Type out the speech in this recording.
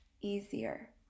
easier